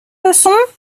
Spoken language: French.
leçon